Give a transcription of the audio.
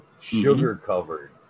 sugar-covered